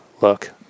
look